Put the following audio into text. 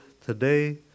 today